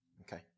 Okay